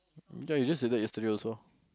ya you just said that yesterday also